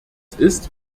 ist